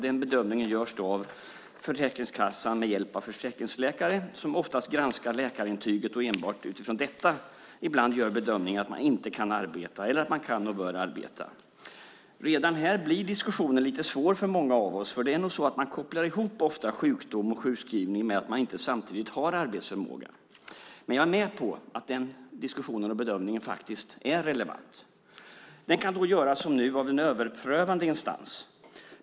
Den bedömningen görs av Försäkringskassan med hjälp av försäkringsläkaren som oftast granskar läkarintyget och enbart utifrån detta ibland gör bedömningen att man inte kan arbeta eller att man kan och bör arbeta. Redan här blir diskussionen lite svår för många av oss. Man kopplar nog ofta ihop sjukdom och sjukskrivning med att man samtidigt inte har arbetsförmåga. Jag är med på att den diskussionen och bedömningen faktiskt är relevant. Den kan göras som nu av en överprövande instans.